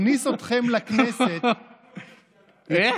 הכניס אתכם לכנסת, איך?